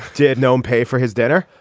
did noam pay for his dinner.